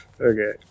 Okay